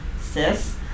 sis